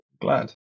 glad